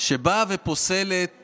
שבאה ופוסלת